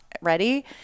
ready